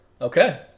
Okay